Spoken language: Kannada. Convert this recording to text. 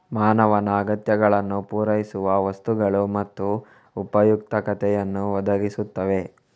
ಮಾನವನ ಅಗತ್ಯಗಳನ್ನು ಪೂರೈಸುವ ವಸ್ತುಗಳು ಮತ್ತು ಉಪಯುಕ್ತತೆಯನ್ನು ಒದಗಿಸುತ್ತವೆ